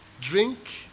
drink